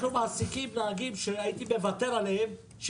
אנחנו מעסיקים נהגים שהייתי מוותר עליהם כי